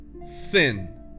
sin